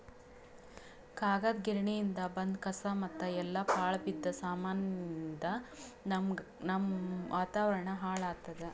ಕಾಗದ್ ಗಿರಣಿಯಿಂದ್ ಬಂದ್ ಕಸಾ ಮತ್ತ್ ಎಲ್ಲಾ ಪಾಳ್ ಬಿದ್ದ ಸಾಮಾನಿಯಿಂದ್ ನಮ್ಮ್ ವಾತಾವರಣ್ ಹಾಳ್ ಆತ್ತದ